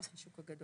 זה נתח השוק הגדול.